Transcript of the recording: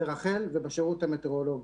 ברח"ל ובשירות המטאורולוגי.